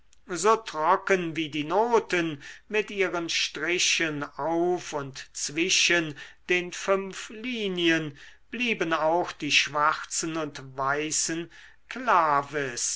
so trocken wie die noten mit ihren strichen auf und zwischen den fünf linien blieben auch die schwarzen und weißen claves